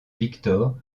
victor